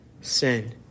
sin